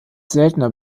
seltener